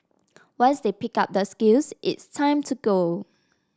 once they pick up the skills it's time to go